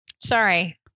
Sorry